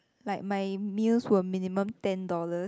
like my meals were minimum ten dollars